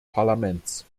parlaments